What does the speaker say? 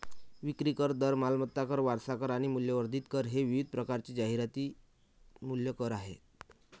विक्री कर, दर, मालमत्ता कर, वारसा कर आणि मूल्यवर्धित कर हे विविध प्रकारचे जाहिरात मूल्य कर आहेत